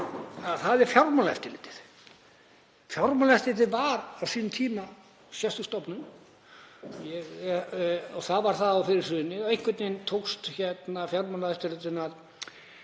er Fjármálaeftirlitið. Fjármálaeftirlitið var á sínum tíma sérstök stofnun. Það var fyrir hrun og einhvern veginn tókst Fjármálaeftirlitinu